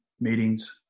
meetings